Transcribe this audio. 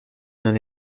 n’en